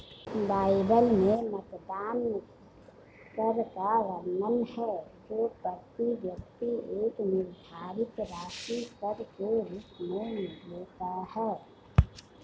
Bible में मतदान कर का वर्णन है जो प्रति व्यक्ति एक निर्धारित राशि कर के रूप में लेता है